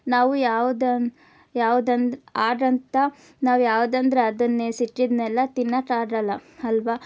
ನಾವು ಯಾವ್ದನ್ನು ಯಾವ್ದನ್ನು ಹಾಗಂತ ನಾವು ಯಾವ್ದು ಅಂದರೆ ಅದನ್ನೆ ಸಿಕ್ಕಿದ್ದನ್ನೆಲ್ಲ ತಿನ್ನೋಕಾಗಲ್ಲ ಅಲ್ವಾ